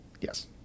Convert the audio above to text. Yes